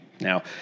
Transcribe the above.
Now